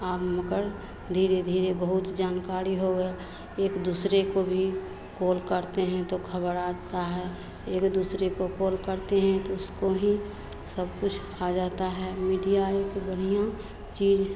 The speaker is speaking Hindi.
आब मगर धीरे धीरे बहुत जानकाड़ी हो गया एक दूसरे को भी कोल करते हैं तो खबर आता है एक दूसरे को कोल करते हैं तो उसको ही सब कुछ आ जाता है मीडिया एक बढ़ियाँ चीर